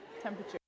temperature